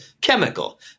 chemical